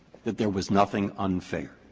that there was nothing unfair?